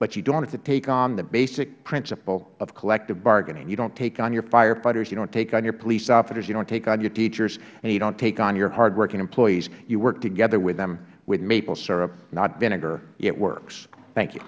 but you dont have to take on the basic principle of collective bargaining you dont take on your firefighters you dont take on your police officers you dont take on your teachers and you dont take on your hardworking employees you work together with them with maple syrup not vinegar it works thank you